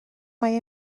mae